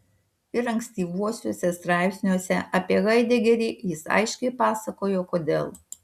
ir ankstyvuosiuose straipsniuose apie haidegerį jis aiškiai pasako kodėl